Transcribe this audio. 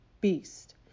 Beast